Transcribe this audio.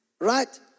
right